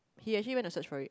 he actually went to search for it